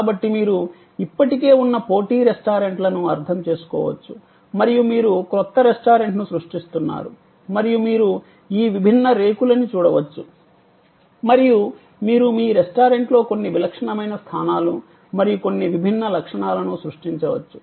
కాబట్టి మీరు ఇప్పటికే ఉన్న పోటీ రెస్టారెంట్లను అర్థం చేసుకోవచ్చు మరియు మీరు క్రొత్త రెస్టారెంట్ను సృష్టిస్తున్నారు మరియు మీరు ఈ విభిన్న రేకులని చూడవచ్చు మరియు మీరు మీ రెస్టారెంట్లో కొన్ని విలక్షణమైన స్థానాలు మరియు కొన్ని విభిన్న లక్షణాలను సృష్టించవచ్చు